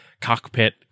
cockpit